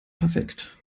perfekt